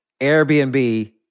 Airbnb